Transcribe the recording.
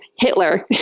hitler,